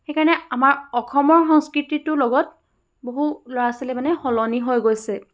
সেইকাৰণে আমাৰ অসমৰ সংস্কৃতিটোৰ লগত বহু ল'ৰা ছোৱালীয়ে মানে সলনি হৈ গৈছে